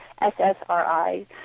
SSRI